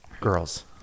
Girls